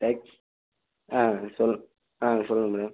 take ஆ சொல் ஆ சொல்லுங்கள் மேடம்